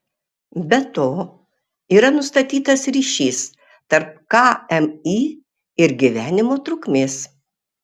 be to yra nustatytas ryšys tarp kmi ir gyvenimo trukmės